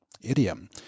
idiom